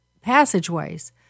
passageways